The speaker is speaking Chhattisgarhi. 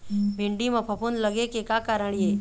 भिंडी म फफूंद लगे के का कारण ये?